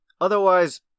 otherwise